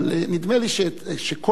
אבל נדמה לי שכל